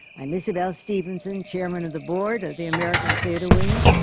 i'm isabelle stevenson, chairman of the board of the american theatre wing.